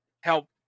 help